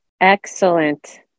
Excellent